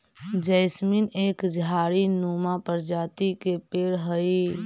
jasmine एक झाड़ी नुमा प्रजाति के पेड़ हई